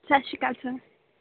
ਸਤਿ ਸ਼੍ਰੀ ਅਕਾਲ ਸਰ